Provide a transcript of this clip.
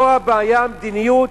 פה הבעיה המדיניות,